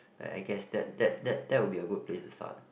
I guess that that that that will be a good place to start